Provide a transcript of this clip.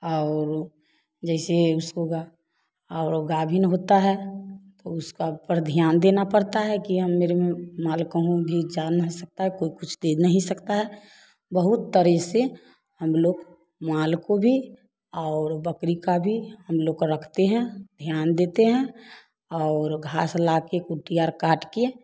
और जैसे उसको और गाभिन होता है तो उसका ऊपर ध्यान देना पड़ता है कि हम मेरे में माल कहीं भी जा नहीं सकता है कोई कुछ दे नहीं सकता है बहुत तरह से हम लोग माल को भी और बकरी का भी हम लोग का रखते हैं ध्यान देते हैं और घास लाकर कुटिया काट कर